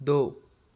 दो